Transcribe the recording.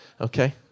okay